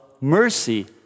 mercy